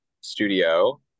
studio